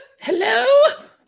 Hello